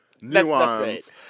Nuance